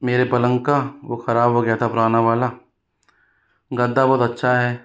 मेरे पलंग का वह ख़राब हो गया था पुराना वाला गद्दा बहुत अच्छा है